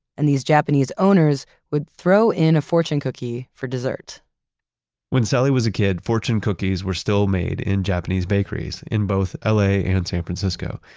and these japanese owners would throw in a fortune cookie for dessert when sally was a kid, fortune cookies were still made in japanese bakeries in both ah la and san francisco,